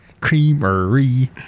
Creamery